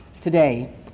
today